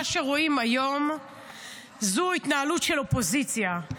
מה שרואים היום זו התנהלות של אופוזיציה.